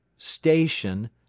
Station